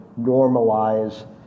normalize